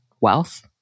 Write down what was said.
wealth